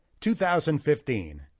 2015